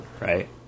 right